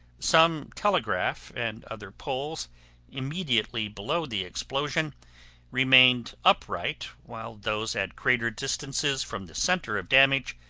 some telegraph and other poles immediately below the explosion remained upright while those at greater distances from the center of damage,